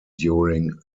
during